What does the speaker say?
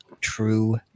true